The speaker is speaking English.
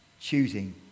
choosing